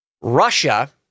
Russia